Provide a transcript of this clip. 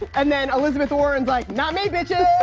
and then, elizabeth warren's like, not me, bitches!